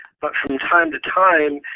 but from time to time,